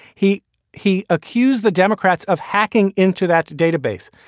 he he accused the democrats of hacking into that database.